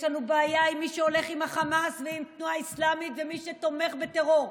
יש לנו בעיה עם מי שהולך עם החמאס ועם התנועה האסלאמית ומי שתומך בטרור,